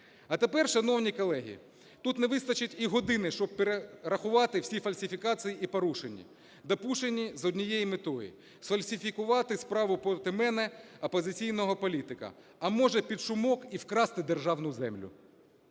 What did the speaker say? А тепер, шановні колеги, тут не вистачить і години, щоб перерахувати всі фальсифікації і порушення, допущені з однією метою: сфальсифікувати справу проти мене, опозиційного політика, а може під шумок і вкрасти державну землю.